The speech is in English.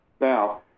Now